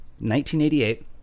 1988